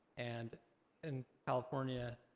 and in california,